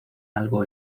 algo